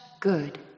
good